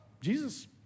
Jesus